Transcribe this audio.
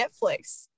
Netflix